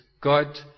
God